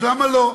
אז למה לא?